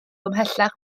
ymhellach